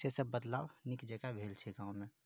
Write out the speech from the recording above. से सब बदलाव नीक जेकाँ भेल छै गाँवमे